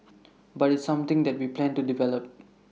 but it's something that we plan to develop